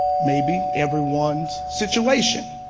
maybe, everyone's situation,